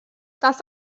das